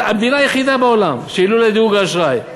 המדינה היחידה בעולם שהעלו לה את דירוג האשראי.